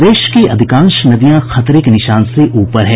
प्रदेश की अधिकांश नदियां खतरे के निशान से ऊपर है